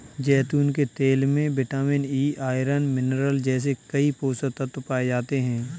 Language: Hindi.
जैतून के तेल में विटामिन ई, आयरन, मिनरल जैसे कई पोषक तत्व पाए जाते हैं